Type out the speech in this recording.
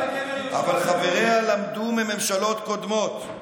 אבל חבריה למדו מממשלות קודמות,